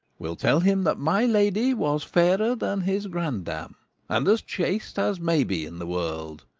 will tell him that my lady was fairer than his grandame, and as chaste as may be in the world.